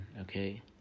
Okay